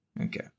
Okay